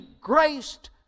graced